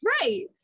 right